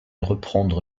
reprendre